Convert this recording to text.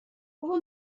بابا